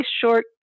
short